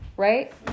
Right